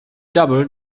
double